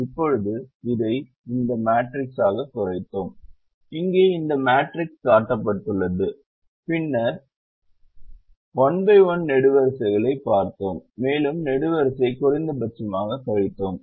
இப்போது இதை இந்த மேட்ரிக்ஸாகக் குறைத்தோம் இங்கே இந்த மேட்ரிக்ஸ் காட்டப்பட்டுள்ளது பின்னர் 11 நெடுவரிசைகளைப் பார்த்தோம் மேலும் நெடுவரிசையை குறைந்தபட்சமாகக் கழித்தோம்